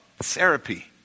therapy